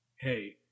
Hey